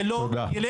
זה לא ילך.